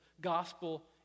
gospel